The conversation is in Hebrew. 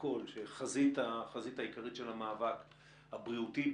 לכול שהחזית העיקרית של המאבק הבריאותי,